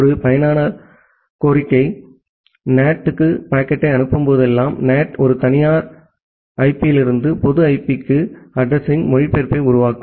ஒரு பயனர் கோரிக்கை NAT க்கு பாக்கெட்டை அனுப்பும்போதெல்லாம் NAT ஒரு தனியார் ஐபியிலிருந்து பொது ஐபிக்கு அட்ரஸிங் மொழிபெயர்ப்பை உருவாக்கும்